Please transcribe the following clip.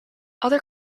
other